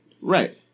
Right